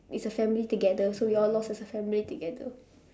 it's a family together so we all lost as a family together